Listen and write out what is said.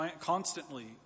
constantly